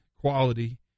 quality